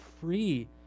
free